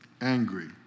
angry